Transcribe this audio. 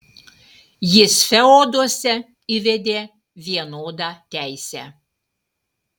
jis feoduose įvedė vienodą teisę